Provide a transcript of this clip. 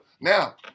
now